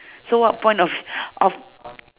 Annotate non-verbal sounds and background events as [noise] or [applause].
so what point of [breath] of